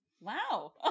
Wow